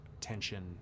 tension